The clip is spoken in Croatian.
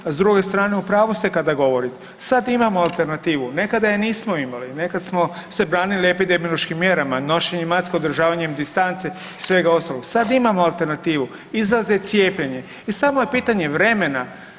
A s druge strane u pravu ste kada govori sad imamo alternativu, nekada je nismo imali, nekad smo se branili epidemiološkim mjerama, nošenjem maske, održavanjem distance i svega ostaloga, sad imamo alternativu, izlaz je cijepljenje i samo je pitanje vremena.